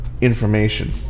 information